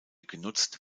genutzt